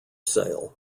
sale